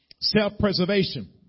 Self-preservation